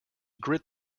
grit